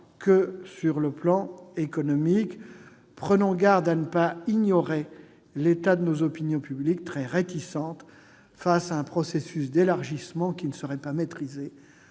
que sur le plan économique. Prenons garde à ne pas ignorer l'état de nos opinions publiques très réticentes face à un processus d'élargissement qui ne serait pas maîtrisé